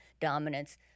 dominance